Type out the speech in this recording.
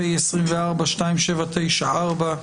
פ/2794/24,